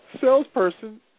salesperson